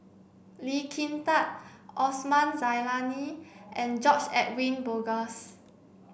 Lee Kin Tat Osman Zailani and George Edwin Bogaars